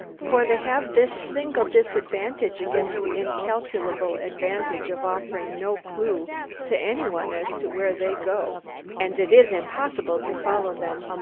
for they have this single disadvantage against the incalculable advantage of offering no clew to any one as to where they go and it is impossible to follow them.